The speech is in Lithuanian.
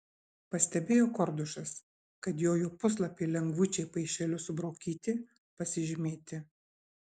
pastebėjo kordušas kad jojo puslapiai lengvučiai paišeliu subraukyti pasižymėti